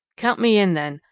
count me in then.